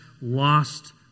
lost